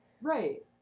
Right